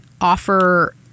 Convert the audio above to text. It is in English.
offer